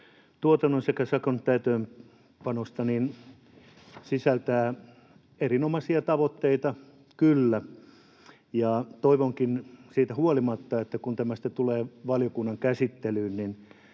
tuotannosta sekä sakon täytäntöönpanosta sisältää erinomaisia tavoitteita kyllä, mutta toivon — siitä huolimatta — että kun tämä sitten tulee valiokunnan käsittelyyn,